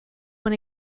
when